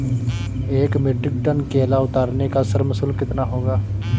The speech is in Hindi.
एक मीट्रिक टन केला उतारने का श्रम शुल्क कितना होगा?